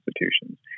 institutions